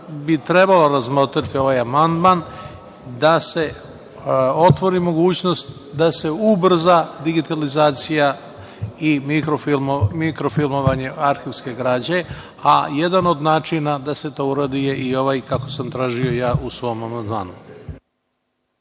bi trebalo razmotriti ovaj amandman da se otvori mogućnost da se ubrza digitalizacija i mikrofilmovanje arhivske građe, a jedan od načina da se to uradi je i ovaj kako sam tražio i ja u svom amandmanu.